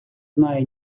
знає